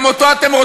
אלה הערכים של צה"ל.